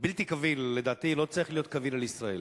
בלתי קביל, לדעתי לא צריך להיות קביל על ישראל.